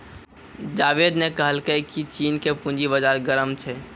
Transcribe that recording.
जावेद ने कहलकै की चीन के पूंजी बाजार गर्म छै